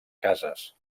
cases